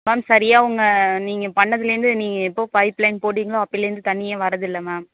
ma'am சரியா உங்கள் நீங்கள் பண்ணத்துலேருந்து நீங்கள் எப்போது பைப்லைன் போட்டிங்களோ அப்போயிலேருந்து தண்ணியே வரதில்ல மேம்